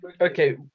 Okay